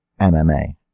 MMA